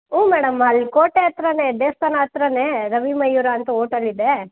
ಊಂ madam ಅಲ್ಲಿ ಕೋಟೆ ಹತ್ರನೆ ದೇವಸ್ಥಾನ ಹತ್ರನೇ ರವಿ ಮಯೂರ ಅಂತ ಓಟಲ್ಲಿದೆ